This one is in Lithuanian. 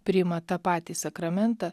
priima tą patį sakramentą